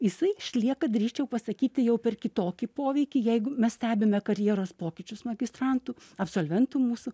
jisai išlieka drįsčiau pasakyti jau per kitokį poveikį jeigu mes stebime karjeros pokyčius magistrantų absolventų mūsų